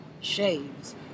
shaves